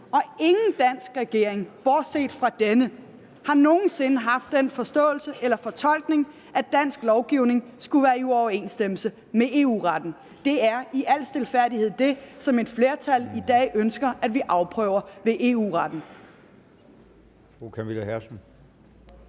Og ingen dansk regering bortset fra denne har nogen sinde haft den forståelse eller fortolkning, at dansk lovgivning skulle være i uoverensstemmelse med EU-retten. Det er i al stilfærdighed det, som et flertal i dag ønsker at vi afprøver ved EU-retten.